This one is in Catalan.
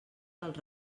dels